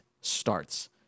starts